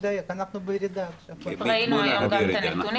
תודה לכל חברי וחברות הוועדה שעבדתם בצורה אינטנסיבית,